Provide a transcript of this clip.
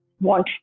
want